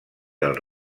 del